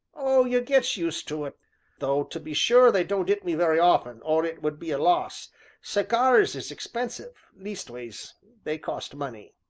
oh! you gets used to it though, to be sure, they don't it me very often, or it would be a loss cigars is expensive leastways they costs money.